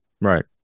Right